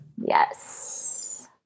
Yes